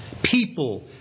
People